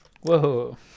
Whoa